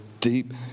deep